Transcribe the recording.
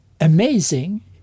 amazing